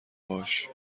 باهاش